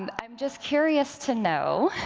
um i'm just curious to know,